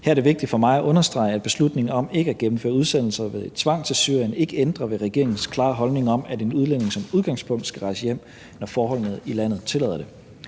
Her er det vigtigt for mig at understrege, at beslutningen om ikke at gennemføre udsendelser ved tvang til Syrien ikke ændrer ved regeringens klare holdning om, at en udlænding som udgangspunkt skal rejse hjem, når forholdene i landet tillader det.